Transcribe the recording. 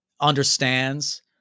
understands